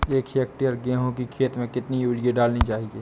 एक हेक्टेयर गेहूँ की खेत में कितनी यूरिया डालनी चाहिए?